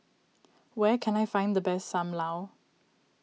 where can I find the best Sam Lau